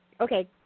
Okay